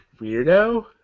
Weirdo